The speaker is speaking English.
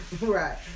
Right